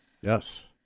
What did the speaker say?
Yes